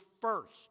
first